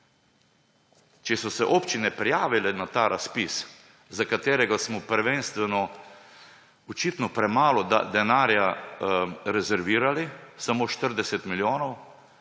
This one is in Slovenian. Če so se občine prijavile na ta razpis, za katerega smo prvenstveno očitno premalo denarja rezervirali, samo 40 milijonov,